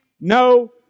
no